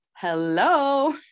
Hello